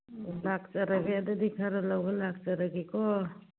ꯂꯥꯛꯆꯔꯒꯦ ꯑꯗꯨꯗꯤ ꯈꯔ ꯂꯧꯕ ꯂꯥꯛꯆꯔꯒꯦꯀꯣ